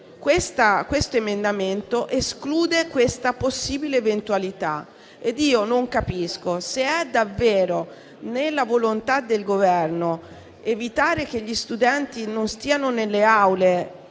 Questo emendamento esclude questa possibile eventualità. Se è davvero nella volontà del Governo evitare che gli studenti non stiano davanti